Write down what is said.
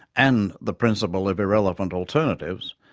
and the principle of irrelevant alternatives,